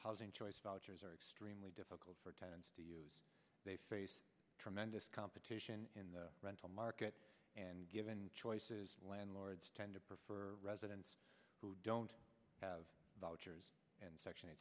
housing choice vouchers are extremely difficult for towns to use they face tremendous competition in the rental market and given choices landlords tend to prefer residents who don't have and section eight